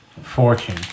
fortune